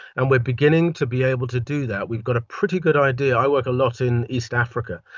and we are beginning to be able to do that. we've got a pretty good idea, i work a lot in east africa,